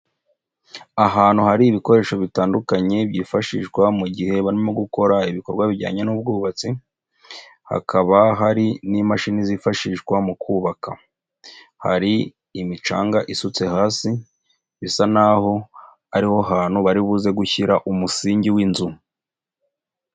Ahantu hari ibikoresho bitandukanye byifashishwa mu gihe barimo gukora ibikorwa bijyanye n'ubwubatsi, hakaba hari n'imashini zifashishwa mu kubaka. hari imicanga isutse hasi, bisa naho aho ariho hantu bari buze gushyira umusingi w'inzu.